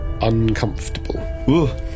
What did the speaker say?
uncomfortable